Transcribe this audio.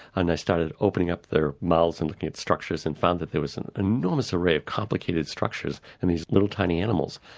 and i started opening up their mouths and looking at structures and found that there was an enormous array of complicated structures in and these little tiny animals.